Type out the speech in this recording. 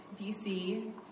DC